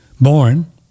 born